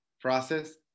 process